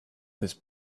this